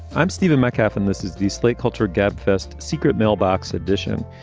i'm stephen metcalf and this is the slate culture gabfest secret mailbox edition.